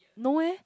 no eh